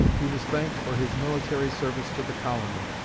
he was thanked for his military service to the colony.